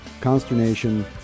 consternation